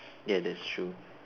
ya that's true